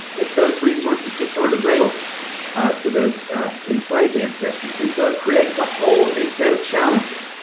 those resources just aren't available for those enslaved ancestors. and so it creates a whole new set of challenges.